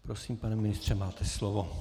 Prosím, pane ministře, máte slovo.